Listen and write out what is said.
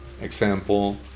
example